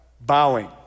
bowing